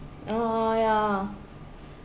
oh ya